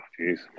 jeez